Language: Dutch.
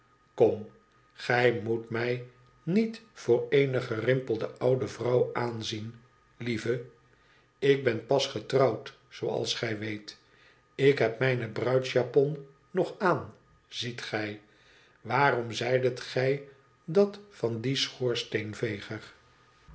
kom gij moet mij niet voor eene gerimpelde oude vrouw aanzien lieve ik ben pas getrouwd zooals gij weet ik heb mijne bruidsjapon nog aan ziet gij waarom zeidet gij dat van dien